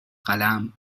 قلم